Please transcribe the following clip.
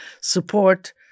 support